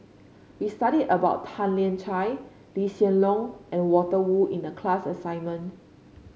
we studied about Tan Lian Chye Lee Hsien Loong and Walter Woon in the class assignment